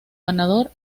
ganador